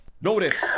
Notice